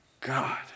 God